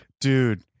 dude